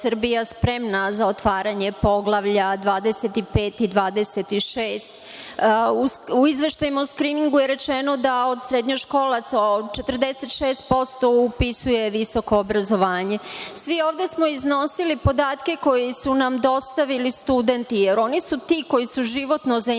Srbija spremna za otvaranje Poglavlja 25. i 26. U izveštajima o skriningu je rečeno da od srednjoškolaca od 46% upisuje visoko obrazovanje. Svi ovde smo iznosili podatke koje su nam dostavili studenti, jer oni su ti koji su zainteresovani